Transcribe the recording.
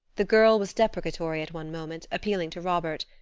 the girl was deprecatory at one moment, appealing to robert.